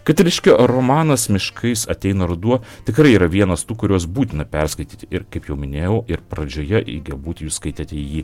katiliškio romanas miškais ateina ruduo tikrai yra vienas tų kuriuos būtina perskaityti ir kaip jau minėjau ir pradžioje galbūt jūs skaitėte jį